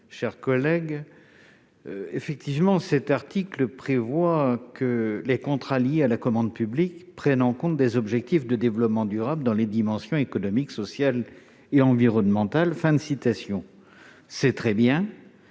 Lahellec. L'article 15 prévoit que les contrats liés à la commande publique prennent en compte des objectifs de développement durable dans leurs dimensions économique, sociale et environnementale.